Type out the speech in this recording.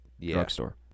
Drugstore